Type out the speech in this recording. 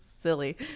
Silly